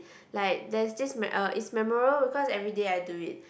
like there is this me~ uh is memorable because everyday I do it